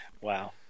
Wow